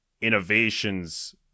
innovations